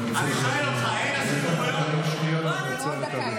אתה אומר שנשים לא ראויות מעצם הכישורים שלהן,